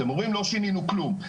אתם אומרים לא שינינו כלום,